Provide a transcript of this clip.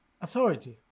authority